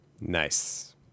Nice